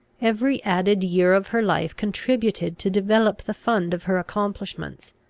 every added year of her life contributed to develop the fund of her accomplishments.